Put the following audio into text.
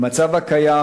במצב הקיים,